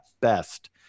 best